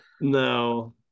No